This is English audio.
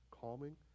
Calming